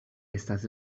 estas